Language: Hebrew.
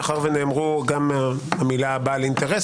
מאחר שנאמרו גם המילים "בעל אינטרס",